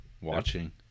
Watching